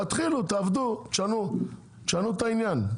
תתחילו, תעבדו, תשנו, תשנו את העניין.